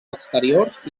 exteriors